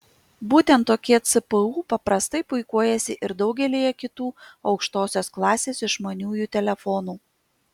būtent tokie cpu paprastai puikuojasi ir daugelyje kitų aukštosios klasės išmaniųjų telefonų